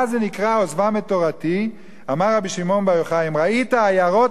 מה זה נקרא "עזבם את תורתי" אמר רבי שמעון בר יוחאי: "אם ראית עיירות